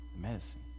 medicine